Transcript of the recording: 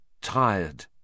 tired